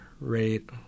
rate